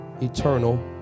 eternal